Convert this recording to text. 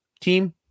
team